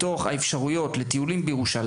האתרים האלה בתוך האפשרויות של הסיורים בירושלים?